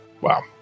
Wow